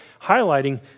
highlighting